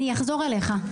אני אחזור אליך,